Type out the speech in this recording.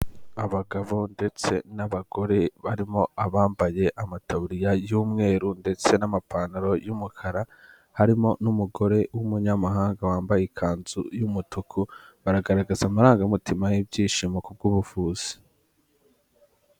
Abagabo ndetse n'abagore barimo abambaye amataburiya y'umweru ndetse n'amapantaro y'umukara harimo n'umugore w'umunyamahanga wambaye ikanzu y'umutuku, baragaragaza amarangamutima y'ibyishimo kubw'ubuvuzi.